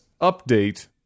update